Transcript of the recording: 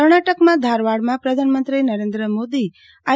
કર્ણાટકમાં ધારવાડમાં પ્રધાનમંત્રી નરેન્દ્ર મોદી આઇ